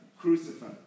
crucified